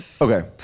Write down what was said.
Okay